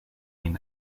been